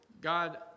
God